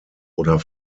oder